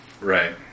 Right